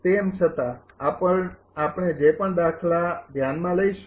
તેમ છતાં આપણે જે પણ દાખલા ધ્યાનમાં લઈશું